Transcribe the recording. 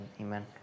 Amen